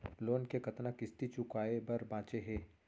Loan के कतना किस्ती चुकाए बर बांचे हे?